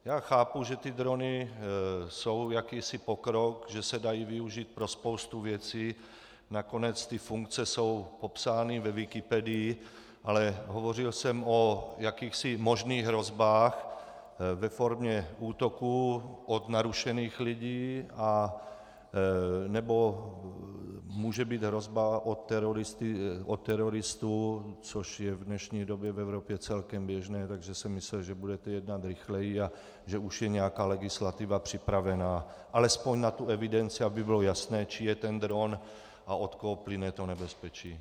Já chápu, že drony jsou jakýsi pokrok, že se dají využít pro spoustu věcí, nakonec ty funkce jsou popsány ve Wikipedii, ale hovořil jsem o jakýchsi možných hrozbách ve formě útoků od narušených lidí, anebo může být hrozba od teroristů, což je v dnešní době v Evropě celkem běžné, takže jsem myslel, že budete jednat rychleji a že už je nějaká legislativa připravena alespoň na tu evidenci, aby bylo jasné, čí je dron a od koho plyne nebezpečí.